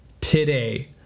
today